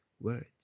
words